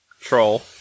troll